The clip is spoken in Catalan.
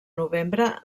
novembre